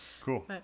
cool